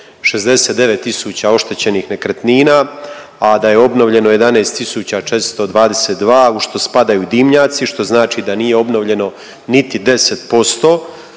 tisuća oštećenih nekretnina, a da je obnovljeno 11.422, a u što spadaju i dimnjaci, što znači da nije obnovljeno niti 10%.